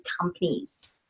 Companies